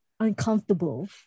uncomfortable